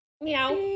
Meow